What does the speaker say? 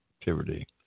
activity